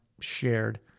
shared